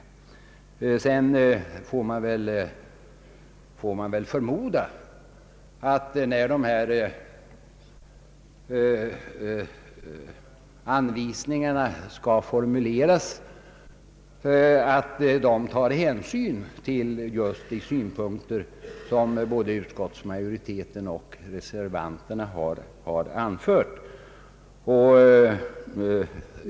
Sedan får man väl förmoda att när dessa anvisningar skall formuleras hänsyn tas till just de synpunkter som både utskottsmajoriteten och reservanterna har anfört.